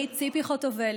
אני, ציפי חוטובלי,